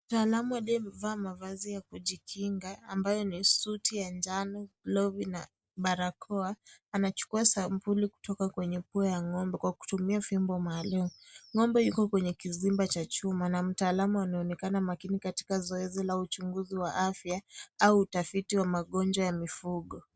Mtaalamu aliyevaa mavazi ya kujikinga ambayo ni, suti ya njano, glovu na barakoa. Anachukua sampuli kutoka kwenye pua ya ng'ombe kwa kutumia vyombo maalum. Ng'ombe yuko kwenye kizimba cha chuma na mtaalam anaonekana makini katika zoezi la uchunguzi wa afya au utafiti wa magonjwa ya mifugo.